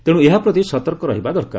ତେଣୁ ଏହା ପ୍ରତି ସତର୍କ ରହିବା ଦରକାର